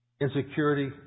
insecurity